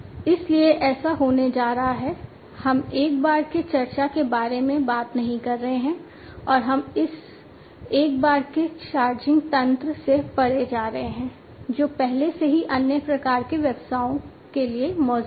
इसलिए ऐसा होने जा रहा है हम एक बार के चार्ज के बारे में बात नहीं कर रहे हैं और हम इस एक बार के चार्जिंग तंत्र से परे जा रहे हैं जो पहले से ही अन्य प्रकार के व्यवसायों के लिए मौजूद है